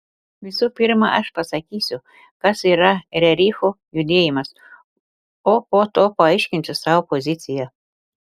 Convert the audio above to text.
visų pirma aš pasakysiu kas yra rerichų judėjimas o po to paaiškinsiu savo poziciją